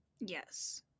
Yes